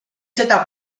seda